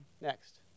Next